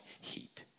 heap